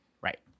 Right